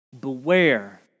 Beware